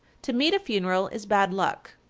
to meet a funeral is bad luck.